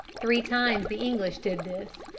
three times the english did this,